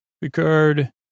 Picard